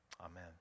Amen